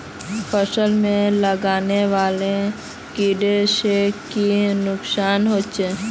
फसल में लगने वाले कीड़े से की नुकसान होचे?